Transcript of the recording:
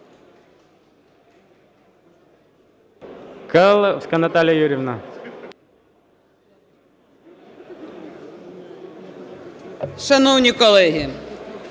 Шановні колеги,